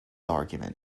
argument